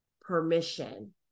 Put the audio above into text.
permission